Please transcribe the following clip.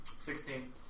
Sixteen